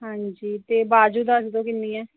ਹਾਂਜੀ ਤੇ ਬਾਜੂ ਦੱਸ ਦਿਉ ਕਿੰਨੀ ਹੈ